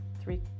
three